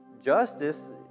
Justice